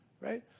right